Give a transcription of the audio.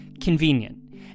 convenient